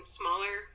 smaller